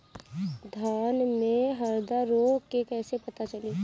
धान में हरदा रोग के कैसे पता चली?